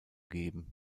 geben